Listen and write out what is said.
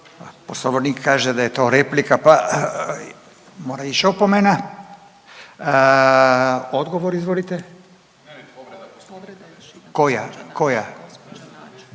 Poslovnik kaže da je to replika pa mora ić opomena. Odgovor izvolite. …/Upadica